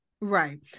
right